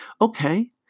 Okay